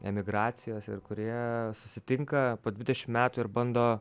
emigracijos ir kurie susitinka po dvidešimt metų ir bando